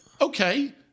okay